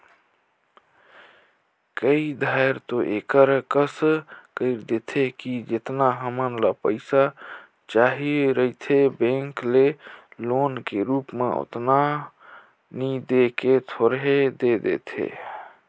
कए धाएर दो एकर कस कइर देथे कि जेतना हमन ल पइसा चाहिए रहथे बेंक ले लोन के रुप म ओतना नी दे के थोरहें दे देथे